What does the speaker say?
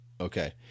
okay